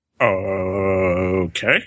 Okay